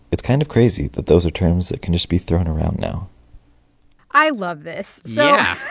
it's kind of crazy that those are terms that can just be thrown around now i love this. so. yeah